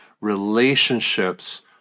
relationships